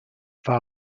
via